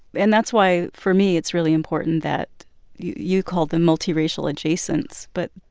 and that's why, for me, it's really important that you call them multiracial adjacents but,